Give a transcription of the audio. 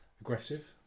aggressive